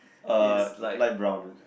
uh light brown